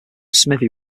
smythe